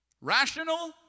Rational